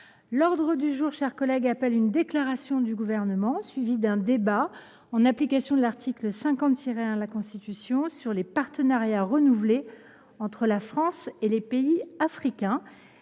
L’ordre du jour appelle une déclaration du Gouvernement, suivie d’un débat, en application de l’article 50 1 de la Constitution, sur les partenariats renouvelés entre la France et les pays africains.